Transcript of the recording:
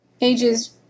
ages